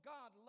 God